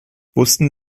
wussten